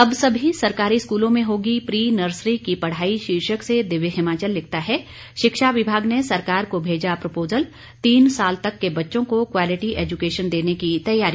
अब सभी सरकारी स्कूलों में होगी प्री नर्सरी की पढ़ाई शीर्षक से दिव्य हिमाचल लिखता है शिक्षा विभाग ने सरकार को भेजा प्रपोजल तीन साल तक के बच्चों को क्वालीटी एजुकेशन देने की तैयारी